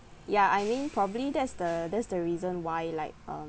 ya I mean probably that's the that's the reason why like uh